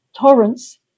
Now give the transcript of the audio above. torrents